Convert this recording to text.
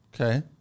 Okay